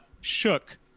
shook